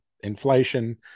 inflation